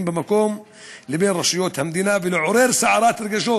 במקום לבין רשויות המדינה ולעורר סערת רגשות,